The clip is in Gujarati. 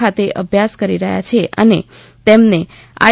ખાતે અભ્યાસ કરી રહ્યાં છે અને તેમને આઇ